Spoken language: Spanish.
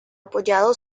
apoyado